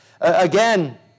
Again